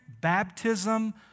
baptism